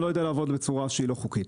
אני לא יודע לעבוד בצורה שהיא לא חוקית.